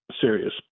serious